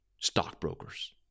stockbrokers